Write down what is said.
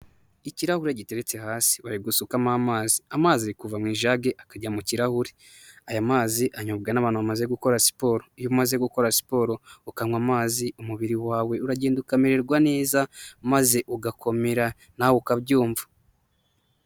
Ikirahure giteretse hasi bari gusukamo amazi. Amazi kuva mu ijage akajya mu kirahuri, aya mazi anyobwa n'abantu bamaze gukora siporo, iyo umaze gukora siporo ukanywa amazi umubiri wawe uragenda ukamererwa neza maze ugakomera nawe ukabyumva.